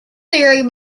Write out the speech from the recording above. theory